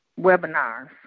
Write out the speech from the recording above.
webinars